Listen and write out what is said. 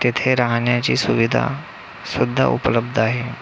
तेथे राहण्याची सुविधासुद्धा उपलब्ध आहे